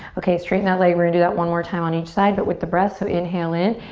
okay, straighten that leg. we're gonna do that one more time on each side but with the breath. so inhale in.